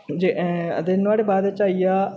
ते नुहाड़े बाद च आइया